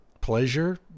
pleasure